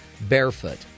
barefoot